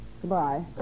Goodbye